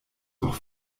noch